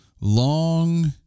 long